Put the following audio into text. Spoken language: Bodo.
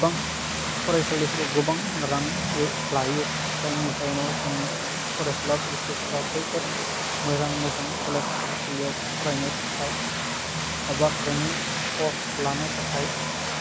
गोबां फरायसालिफोराव गोबां रांबो लायो जायनि जाउनाव जोंनि फरायसुला फरायसुलिफोरा बैफोर मोजां मोजां कलेज फरायसालियाव फरायनो थाखाय एबा ट्रेनिं कर्स लानो थाखाय